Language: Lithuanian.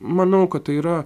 manau kad tai yra